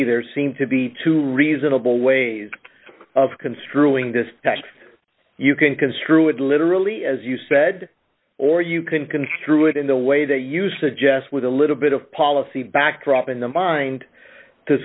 me there seem to be two reasonable ways of construing this you can construe it literally as you said or you can construe it in the way they used to just with a little bit of policy backdrop in the mind to